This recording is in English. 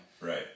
Right